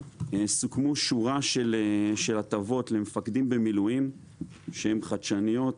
סוכמו שורה של הטבות למפקדים במילואים שהן חדשניות,